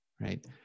right